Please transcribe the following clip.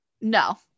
No